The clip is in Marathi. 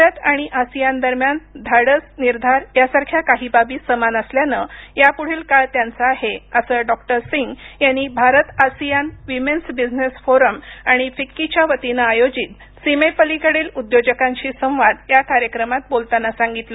भारत आणि आसियानदरम्यान धाडस निर्धार यांसारख्या काही बाबी समान असल्यानं यापुढील काळ त्यांचा आहे असं डॉक्टर सिंग यांनी भारत आसियान विमेन्स बिझनेसफोरम आणि फिक्कीच्या वतीनं आयोजित सीमेपलीकडील उद्योजकांशी संवाद या कार्यक्रमात बोलताना सांगितलं